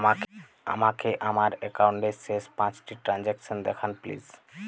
আমাকে আমার একাউন্টের শেষ পাঁচটি ট্রানজ্যাকসন দেখান প্লিজ